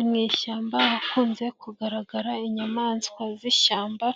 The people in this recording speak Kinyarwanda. Mu ishyamba hakunze kugaragara inyamaswa z'ishyamba,